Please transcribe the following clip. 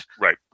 Right